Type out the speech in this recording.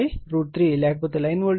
లేకపోతే line voltage 3 phase voltage